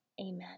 Amen